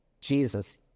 Jesus